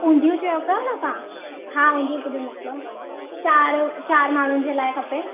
उंधियूं चओ था न तव्हां हा उंधियूं बि मोकिलो चार चार माण्हुनि जे लाइ खपे